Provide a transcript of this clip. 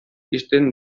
ixten